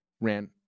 ran